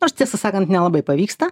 nors tiesą sakant nelabai pavyksta